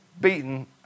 beaten